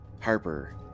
Harper